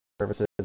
services